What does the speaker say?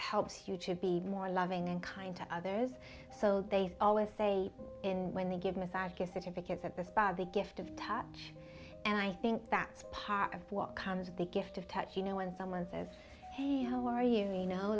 helps you to be more loving and kind to others so they always say in when they give massage gift certificates at the spa the gift of touch and i think that's part of what comes the gift of touch you know when someone says hey how are you you know